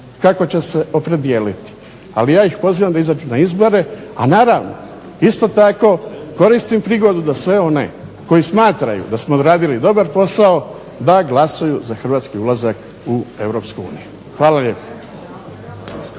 kako će se opredijeliti, ali ja ih pozivam da izađu na izbore. A naravno isto tako koristim prigodu da sve one koji smatraju da smo odradili dobar posao da glasaju za hrvatski ulazak u EU. Hvala lijepo.